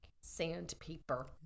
sandpaper